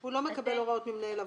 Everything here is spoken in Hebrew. הוא לא מקבל הוראות ממנהל העבודה?